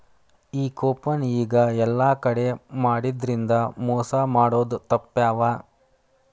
ಈ ಕೂಪನ್ ಈಗ ಯೆಲ್ಲಾ ಕಡೆ ಮಾಡಿದ್ರಿಂದಾ ಮೊಸಾ ಮಾಡೊದ್ ತಾಪ್ಪ್ಯಾವ